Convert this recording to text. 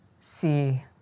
see